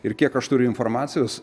ir kiek aš turiu informacijos